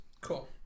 Cool